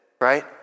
right